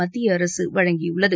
மத்திய அரசு வழங்கியுள்ளது